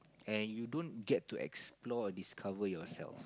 and you don't get to explore or discover yourself